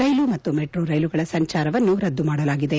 ರೈಲು ಮತ್ತು ಮೆಟ್ರೋ ರೈಲುಗಳ ಸಂಚಾರವನ್ನು ರದ್ದು ಮಾಡಲಾಗಿದೆ